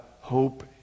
hope